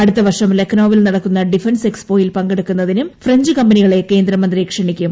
അടുത്ത വർഷം ലക്നൌവിൽ നടക്കുന്ന ഡിഫ്ട്ൻസ് എക്സ്പോയിൽ പങ്കെടുക്കുന്നതിന് ഫ്രഞ്ച് കമ്പനികളെ കേന്ദ്രീമ്യ്ത്തി ക്ഷണിക്കും